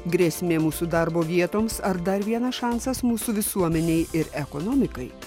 grėsmė mūsų darbo vietoms ar dar vienas šansas mūsų visuomenei ir ekonomikai